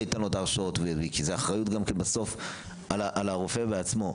ייתן לו את ההרשאות כי האחריות היא גם על הרופא עצמו.